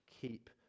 keep